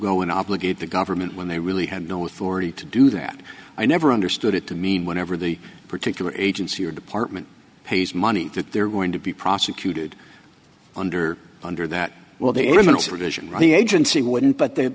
go in obligate the government when they really had no authority to do that i never understood it to mean whatever the particular agency or department pays money that they're going to be prosecuted under under that well the elements revision the agency wouldn't but th